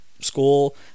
school